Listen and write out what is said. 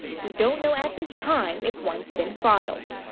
we don't know at this time it's once been filed.